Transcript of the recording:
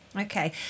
Okay